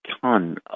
ton